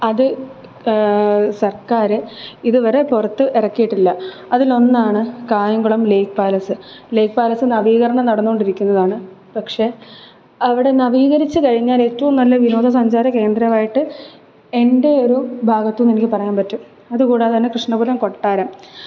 അത് സർക്കാർ ഇതുവരെ പുറത്ത് ഇറക്കിയിട്ടില്ല അതിലൊന്നാണ് Kayamkulam lake palace lake palace നവീകരണം നടന്നുകൊണ്ടിരിക്കുന്നതാണ് പക്ഷെ അവിടെ നവീകരിച്ചു കഴിഞ്ഞാൽ ഏറ്റവും നല്ല വിനോദ സഞ്ചാര കേന്ദ്രമായിട്ട് എൻ്റെ ഒരു ഭാഗത്തു നിന്നെനിക്ക് പറയാൻ പറ്റും അതുകൂടാതെ തന്നെ കൃഷ്ണപുരം കൊട്ടാരം